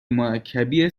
مرکبی